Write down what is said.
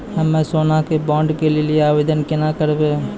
हम्मे सोना के बॉन्ड के लेली आवेदन केना करबै?